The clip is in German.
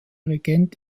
regent